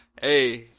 Hey